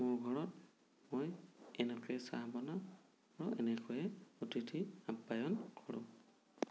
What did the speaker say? মোৰ ঘৰত মই এনেকৈ চাহ বনাওঁ আৰু এনেকৈয়ে অতিথি আপ্যায়ন কৰোঁ